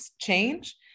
change